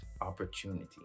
opportunity